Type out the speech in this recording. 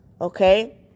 okay